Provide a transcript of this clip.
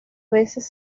veces